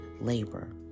labor